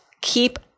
keep